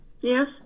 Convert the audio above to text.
Yes